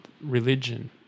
religion